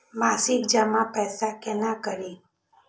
मासिक जमा पैसा केना करी?